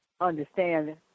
understand